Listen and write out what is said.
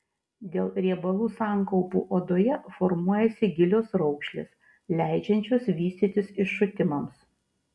dėl riebalų sankaupų odoje formuojasi gilios raukšlės leidžiančios vystytis iššutimams